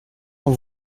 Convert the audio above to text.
dans